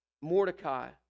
Mordecai